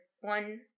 one